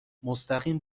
مستقیم